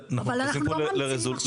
אבל אנחנו לא ממציאים עכשיו משהו חדש.